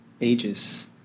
ages